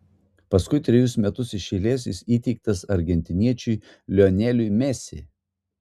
paskui trejus metus iš eilės jis įteiktas argentiniečiui lioneliui messi